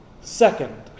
second